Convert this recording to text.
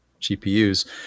GPUs